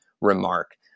remark